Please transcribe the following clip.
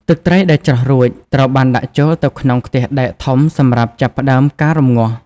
ទឹកត្រីដែលច្រោះរួច ត្រូវបានដាក់ចូលទៅក្នុង ខ្ទះដែក ធំសម្រាប់ចាប់ផ្តើមការរំងាស់។